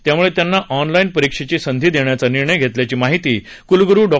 त्यामुळे त्यांना ऑनलाइन परीक्षेची संधी देण्याचा निर्णय घेतल्याची माहिती कुलगुरू डॉ